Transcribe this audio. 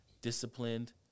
disciplined